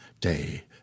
day